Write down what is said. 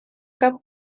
cap